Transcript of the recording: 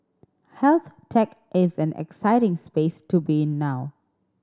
health tech is an exciting space to be in now